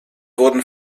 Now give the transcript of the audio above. wurden